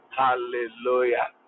hallelujah